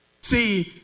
See